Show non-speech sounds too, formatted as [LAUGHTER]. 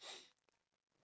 [NOISE]